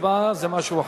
הצבעה זה משהו אחר.